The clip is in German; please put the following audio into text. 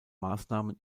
maßnahmen